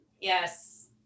yes